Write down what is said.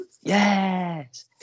Yes